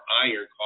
iron